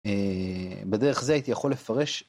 אה...בדרך זה הייתי יכול לפרש.